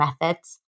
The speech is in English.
methods